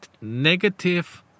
negative